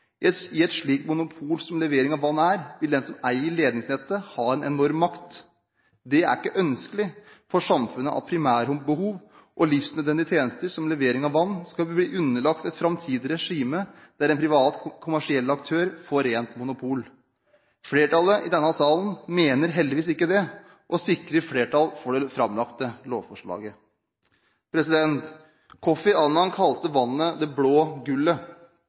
i så fall blitt veldig dyr. I et slikt monopol som levering av vann er, vil den som eier ledningsnettet, ha en enorm makt. Det er ikke ønskelig for samfunnet at primærbehov og livsnødvendige tjenester som levering av vann skal bli underlagt et framtidig regime der en privat kommersiell aktør får rent monopol. Flertallet i denne salen mener heldigvis ikke det og sikrer flertall for det framlagte lovforslaget. Kofi Annan kalte vannet «det blå gullet».